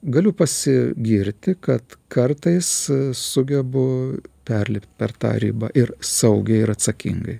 galiu pasigirti kad kartais sugebu perlipt per tą ribą ir saugiai ir atsakingai